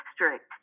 district